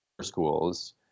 schools